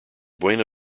buena